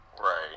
Right